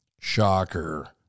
Shocker